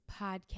podcast